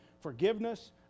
forgiveness